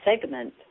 segment